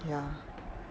ya